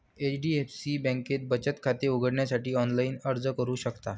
HDFC बँकेत बचत खाते उघडण्यासाठी ऑनलाइन अर्ज करू शकता